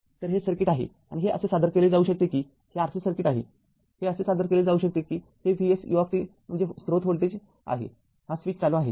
तर हे सर्किट आहे आणि हे असे सादर केले जाऊ शकते कि हे RC सर्किट आहे हे असे सादर केले जाऊ शकते कि हे Vsu म्हणजे स्रोत व्होल्टेज आहे हा स्विच चालू आहे